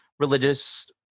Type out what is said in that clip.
Religious